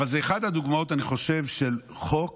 אבל זאת אחת הדוגמאות, אני חושב, של חוק